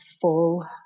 full